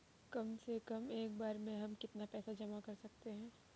कम से कम एक बार में हम कितना पैसा जमा कर सकते हैं?